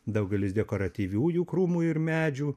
daugelis dekoratyviųjų krūmų ir medžių